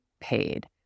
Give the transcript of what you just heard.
paid